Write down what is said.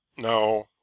No